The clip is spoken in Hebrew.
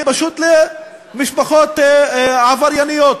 פשוט למשפחות עברייניות,